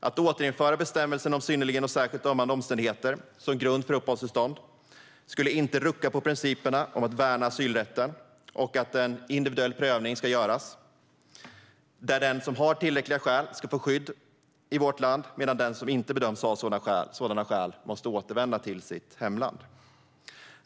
Att återinföra bestämmelserna om synnerligen och särskilt ömmande omständigheter som grund för uppehållstillstånd skulle inte rucka på principerna om att värna asylrätten och att en individuell prövning ska göras, där den som har tillräckliga skäl ska få skydd i vårt land medan den som inte bedöms ha sådana skäl måste återvända till sitt hemland.